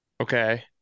Okay